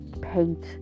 paint